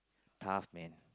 tough men